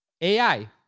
AI